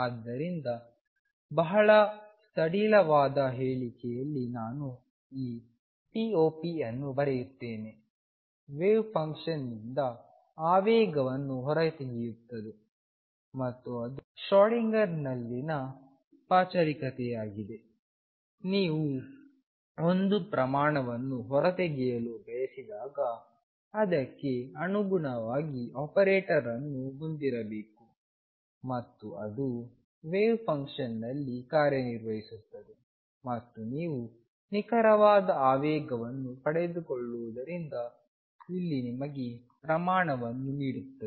ಆದ್ದರಿಂದ ಬಹಳ ಸಡಿಲವಾದ ಹೇಳಿಕೆಯಲ್ಲಿ ನಾನು ಈ pop ಅನ್ನು ಬರೆಯುತ್ತೇನೆ ವೇವ್ ಫಂಕ್ಷನ್ನಿಂದ ಆವೇಗವನ್ನು ಹೊರತೆಗೆಯುತ್ತದೆ ಮತ್ತು ಅದು ಶ್ರೋಡಿಂಗರ್ನಲ್ಲಿನ ಪಚಾರಿಕತೆಯಾಗಿದೆ ನೀವು ಒಂದು ಪ್ರಮಾಣವನ್ನು ಹೊರತೆಗೆಯಲು ಬಯಸಿದಾಗ ಅದಕ್ಕೆ ಅನುಗುಣವಾದ ಆಪರೇಟರ್ ಅನ್ನು ಹೊಂದಿರಬೇಕು ಮತ್ತು ಅದು ವೇವ್ ಫಂಕ್ಷನ್ನಲ್ಲಿ ಕಾರ್ಯನಿರ್ವಹಿಸುತ್ತದೆ ಮತ್ತು ನೀವು ನಿಖರವಾದ ಆವೇಗವನ್ನು ಪಡೆದುಕೊಳ್ಳುವುದರಿಂದ ಇಲ್ಲಿ ನಿಮಗೆ ಪ್ರಮಾಣವನ್ನು ನೀಡುತ್ತದೆ